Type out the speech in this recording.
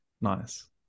Nice